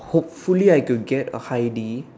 hopefully I could get a high D